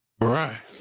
Right